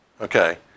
Okay